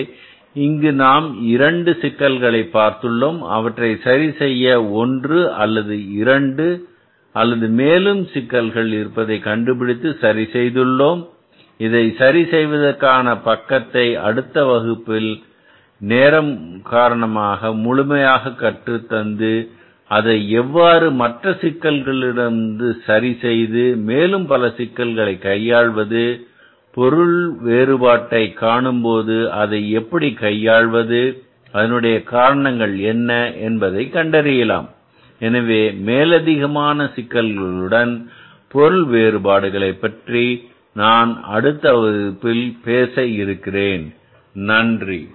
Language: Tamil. எனவே இங்கு நாம் இரண்டு சிக்கல்களை பார்த்துள்ளோம் அவற்றை சரி செய்ய ஒன்று அல்லது இரண்டு அல்லது மேலும் சிக்கல்கள் இருப்பதை கண்டுபிடித்து சரி செய்துள்ளோம் இதை சரி செய்வதற்கான பக்கத்தை அடுத்த வகுப்பில் நேரம் காரணமாக முழுமையாக கற்றுத்தந்து அதை எவ்வாறு மற்ற சிக்கல்களிலிருந்து சரி செய்து மேலும் பல சிக்கல்களை கையாள்வது பொருள் வேறுபாட்டை காணும்போது அதை எப்படி கையாள்வது அதனுடைய காரணங்கள் என்ன என்பதை கண்டறியலாம் எனவே மேலதிகமான சிக்கல்களுடன் பொருள் வேறுபாடுகளை பற்றி நான் அடுத்த வகுப்பில் பேச இருக்கிறேன் நன்றி